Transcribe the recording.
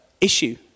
issue